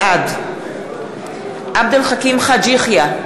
בעד עבד אל חכים חאג' יחיא,